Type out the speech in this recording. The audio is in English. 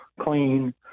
clean